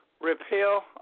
repeal